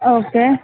okay